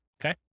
Okay